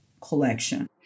collection